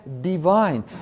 divine